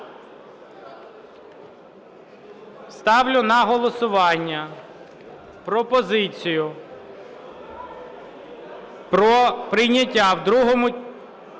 Ставлю на голосування пропозицію про прийняття в другому читанні